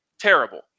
terrible